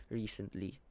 recently